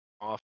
off